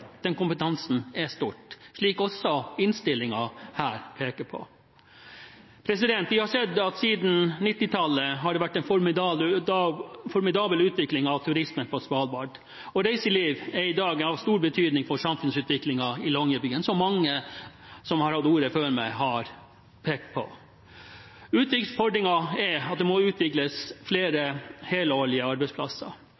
kompetansen er stort, slik også innstillingen peker på. Vi har sett at det siden 1990-tallet har vært en formidabel utvikling av turismen på Svalbard. Reiseliv er i dag av stor betydning for samfunnsutviklingen i Longyearbyen, som mange som har hatt ordet før meg, har pekt på. Utfordringen er at det må utvikles